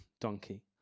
donkey